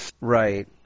Right